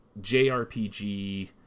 jrpg